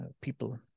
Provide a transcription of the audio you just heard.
people